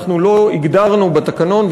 אנחנו לא הגדרנו בתקנון,